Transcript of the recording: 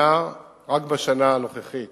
רק בשנה הנוכחית